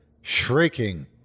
shrieking